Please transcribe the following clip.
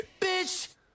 bitch